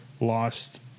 lost